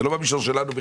זה לא במישור שלנו.